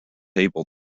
able